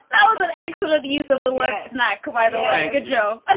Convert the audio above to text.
that was an excellent use of the words. not quite good, joe ah